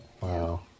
Wow